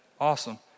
Awesome